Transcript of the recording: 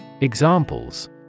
Examples